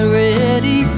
ready